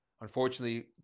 Unfortunately